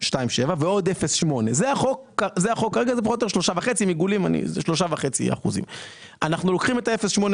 ועוד 0.8% זה פחות או יותר 3.5%. אנחנו לוקחים את ה-0.8%,